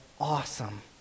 awesome